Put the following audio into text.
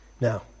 Now